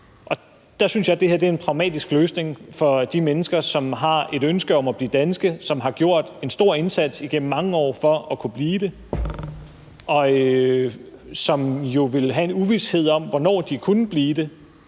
så synes jeg, at det her er en pragmatisk løsning for de mennesker, som har et ønske om at blive danske, som har gjort en stor indsats igennem mange år for at kunne blive det, og som jo vil have en uvished om, hvornår de kunne blive det,